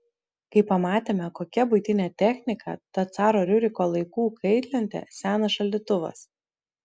kai pamatėme kokia buitinė technika ta caro riuriko laikų kaitlentė senas šaldytuvas